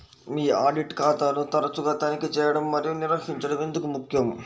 మీ audit ఖాతాను తరచుగా తనిఖీ చేయడం మరియు నిర్వహించడం ఎందుకు ముఖ్యం?